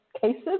cases